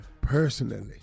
personally